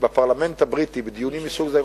בפרלמנט הבריטי בדיונים מסוג זה,